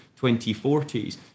2040s